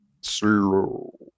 Slow